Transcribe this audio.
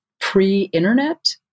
pre-internet